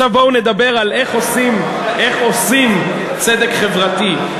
עכשיו בואו נדבר על איך עושים צדק חברתי.